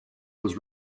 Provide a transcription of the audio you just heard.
was